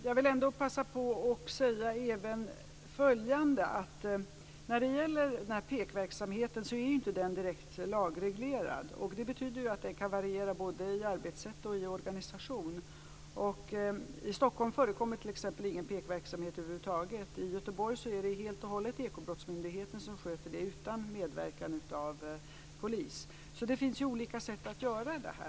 Fru talman! Jag vill passa på att säga följande. Den här PEK-verksamheten är inte direkt lagreglerad. Det betyder att den kan variera både i arbetsätt och i organisation. I Stockholm förekommer t.ex. ingen PEK-verksamhet över huvud taget. I Göteborg är det helt och hållet Ekobrottsmyndigheten som sköter den utan medverkan av polisen. Det finns alltså olika sätt att göra detta.